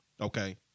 Okay